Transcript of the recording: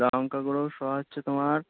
লঙ্কা গুঁড়ো শ হচ্ছে তোমার